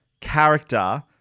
character